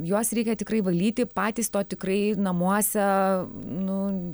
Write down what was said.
juos reikia tikrai valyti patys to tikrai namuose nu